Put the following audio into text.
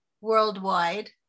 worldwide